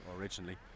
originally